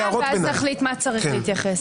בוא נשמע ואז נחליט למה צריך להתייחס.